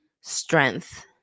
strength